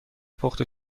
پخته